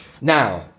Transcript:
Now